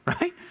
right